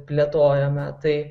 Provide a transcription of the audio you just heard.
plėtojome tai